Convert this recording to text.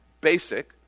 basic